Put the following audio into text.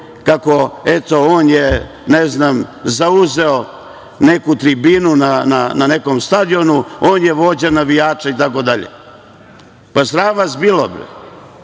kako, eto, on je, ne znam, zauzeo neku tribinu na nekom stadionu, on je vođa navijača itd. Sram vas bilo.